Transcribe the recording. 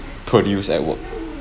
produce at work